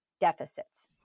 deficits